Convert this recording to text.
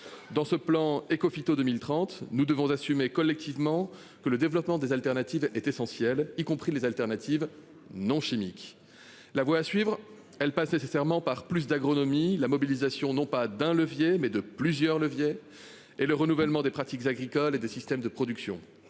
Dans ce plan Ecophyto 2030. Nous devons assumer collectivement que le développement des alternatives est essentielle, y compris les alternatives non chimiques la voie à suivre. Elle passe nécessairement par plus d'agronomie, la mobilisation non pas d'un levier mais de plusieurs leviers et le renouvellement des pratiques agricoles et des systèmes de production.